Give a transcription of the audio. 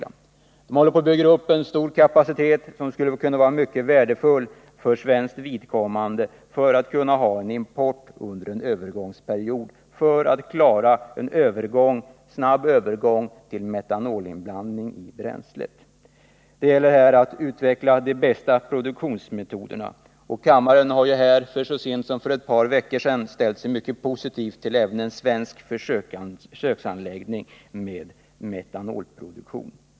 Man håller på att bygga upp en stor kapacitet som kunde vara värdefull för svenskt vidkommande, för import under en övergångsperiod för att klara en snabb övergång till metanolinblandning i bränslet. Det gäller att utveckla de bästa produktionsmetoderna. Riksdagen har ju så sent som för ett par veckor sedan ställt sig positiv till en svensk försöksanläggning med metanolproduktion.